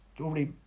already